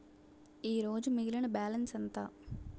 ఈరోజు మిగిలిన బ్యాలెన్స్ ఎంత?